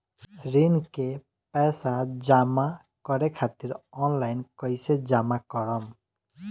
ऋण के पैसा जमा करें खातिर ऑनलाइन कइसे जमा करम?